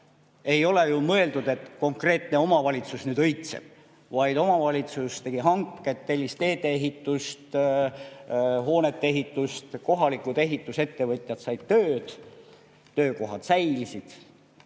Ei ole mõeldud, et konkreetne omavalitsus nüüd õitseb, vaid omavalitsus tegi hanked, tellis teedeehitust, hoonete ehitust, kohalikud ehitusettevõtjad said tööd, töökohad säilisid.